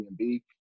Airbnb